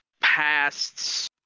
past